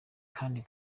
kandi